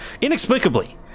inexplicably